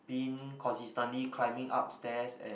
being consistently climbing up stairs and